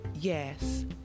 Yes